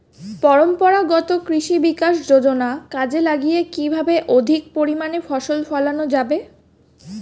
পরম্পরাগত কৃষি বিকাশ যোজনা কাজে লাগিয়ে কিভাবে অধিক পরিমাণে ফসল ফলানো যাবে?